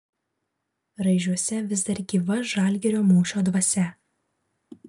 raižiuose vis dar gyva žalgirio mūšio dvasia